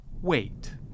wait